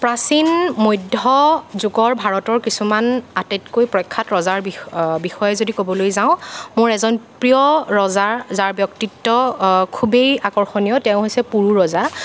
প্ৰাচীন মধ্য়যুগৰ ভাৰতৰ কিছুমান আটাইতকৈ প্ৰখ্য়াত ৰজাৰ বিষ বিষয়ে যদি ক'বলৈ যাওঁ মোৰ এজন প্ৰিয় ৰজা যাৰ ব্য়ক্তিত্ব খুবেই আকৰ্ষণীয় তেওঁ হৈছে পুৰু ৰজা